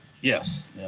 yes